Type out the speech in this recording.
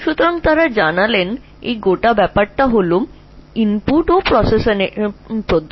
সুতরাং যা বলা হয়েছে এটা হল ইনপুটের উপর প্রক্রিয়া পদ্ধতি